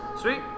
Sweet